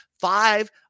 Five